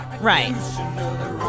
Right